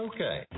Okay